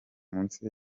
munsi